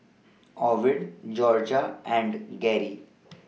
Ovid Jorja and Geri